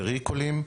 ריקולים,